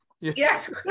yes